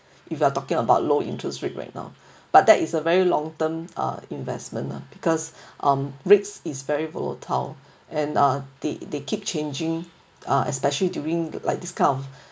if you are talking about low interest rate right now but that is a very long term uh investment lah because um rates is very volatile and uh they they keep changing uh especially during like this kind of